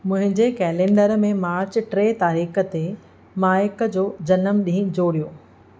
मुंहिंजे कैलेंडरु में मार्च टे तारीख़ ते माइक जो जनमु ॾींहुं जोड़ियो